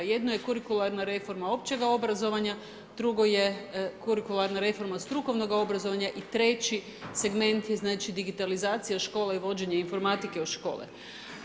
Jedno je kurikularna reforma općega obrazovanja, drugo je kurikularna reforma strukovnog obrazovanja i treći segment je digitalizacija škole i uvođenje informatike u škole.